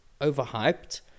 overhyped